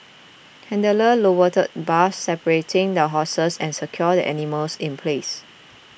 handlers lowered bars separating the horses and secured the animals in place